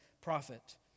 prophet